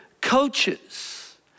coaches